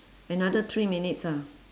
another three minutes ah